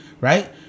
right